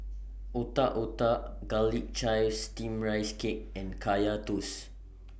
Otak Otak Garlic Chives Steamed Rice Cake and Kaya Toast